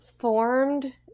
Formed